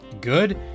good